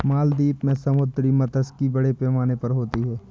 मालदीव में समुद्री मात्स्यिकी बड़े पैमाने पर होती होगी